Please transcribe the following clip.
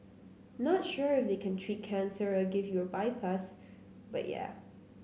not sure if they can treat cancer or give you a bypass but yeah